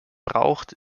braucht